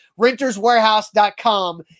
Renterswarehouse.com